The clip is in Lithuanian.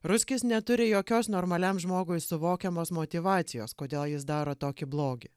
ruskis neturi jokios normaliam žmogui suvokiamos motyvacijos kodėl jis daro tokį blogį